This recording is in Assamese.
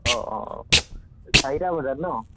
অঁ অঁ অঁ অঁ চাৰিটা বজাত ন